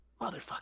Motherfucker